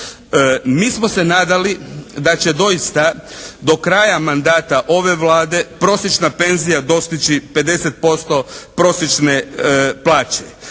Mi smo se nadali da će doista do kraja mandata ove Vlade prosječna penzija dostići 50% prosječne plaće.